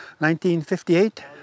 1958